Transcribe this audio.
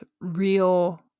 real